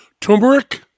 Turmeric